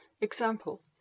Example